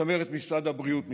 צמרת משרד הבריאות מתפטרת.